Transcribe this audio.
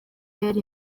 yari